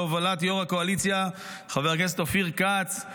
בהובלת יו"ר הקואליציה חבר הכנסת אופיר כץ.